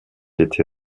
été